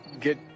get